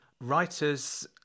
Writers